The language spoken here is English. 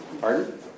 pardon